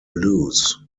lose